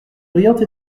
brillante